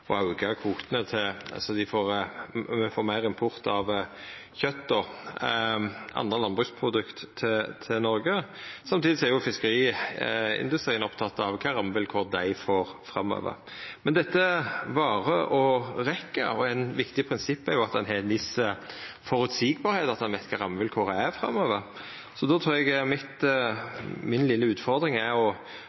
å auka kvotane så me får meir import av kjøt og andre landbruksprodukt til Noreg. Samtidig er fiskeriindustrien oppteken av kva rammevilkår dei får framover. Dette varer og rekk. Eit viktig prinsipp er at ein har det føreseieleg, at ein veit kva rammevilkåra er framover. Så då trur eg den vesle utfordringa mi er